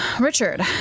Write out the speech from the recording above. Richard